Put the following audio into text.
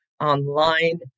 online